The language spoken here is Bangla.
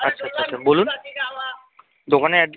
আচ্ছা আচ্ছা আচ্ছা বলুন দোকানে অ্যাড